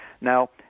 Now